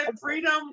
freedom